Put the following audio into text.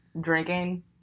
drinking